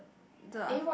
the I